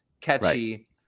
catchy